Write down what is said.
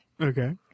okay